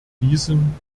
diesen